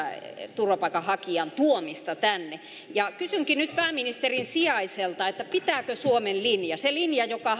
turvapaikanhakijan tuomista tänne kysynkin nyt pääministerin sijaiselta pitääkö suomen linja se linja joka